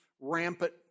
rampant